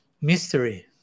mystery